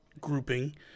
grouping